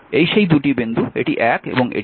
এই সেই 2টি বিন্দু এটি 1 এবং এটি 2